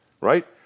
Right